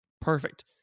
perfect